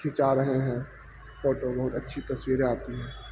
کھینچا رہے ہیں فوٹو بہت اچھی تصویریں آتی ہیں